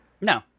No